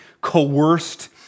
coerced